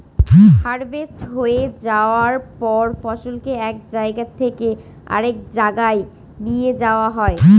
harvest হয়ে যায়ার পর ফসলকে এক জায়গা থেকে আরেক জাগায় নিয়ে যাওয়া হয়